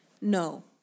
No